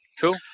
Cool